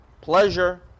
pleasure